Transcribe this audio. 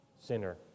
sinner